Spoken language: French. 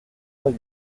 vingt